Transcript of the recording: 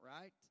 right